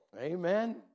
Amen